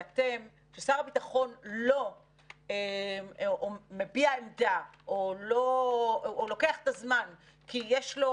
כששר הביטחון לא מביע עמדה או לוקח את הזמן כי יש לו